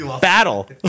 Battle